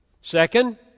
Second